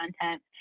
content